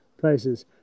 places